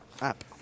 app